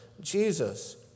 Jesus